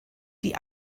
die